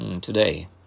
today